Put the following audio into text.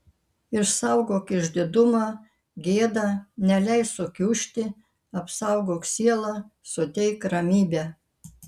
išsaugok išdidumą gėdą neleisk sukiužti apsaugok sielą suteik ramybę